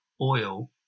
oil